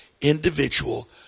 individual